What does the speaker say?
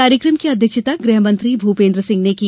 कार्यक्षता की अध्यक्षता गृहमंत्री भूपेन्द्र सिंह ने की